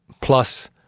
plus